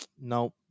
No